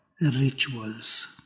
rituals